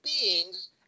beings